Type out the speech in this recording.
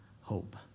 hope